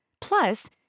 Plus